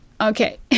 okay